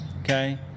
Okay